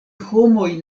homoj